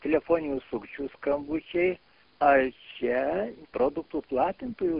telefoninių sukčių skambučiai ar čia produktų platintojų